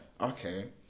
okay